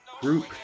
group